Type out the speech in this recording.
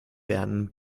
werden